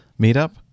meetup